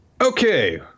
Okay